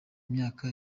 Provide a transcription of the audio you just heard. myaka